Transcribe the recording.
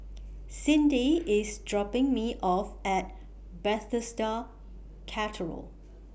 Cindi IS dropping Me off At Bethesda Cathedral